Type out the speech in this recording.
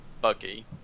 buggy